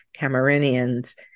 Cameroonians